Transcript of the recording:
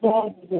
जय झूले